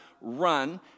run